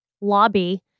lobby